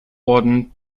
orden